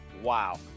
Wow